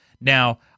Now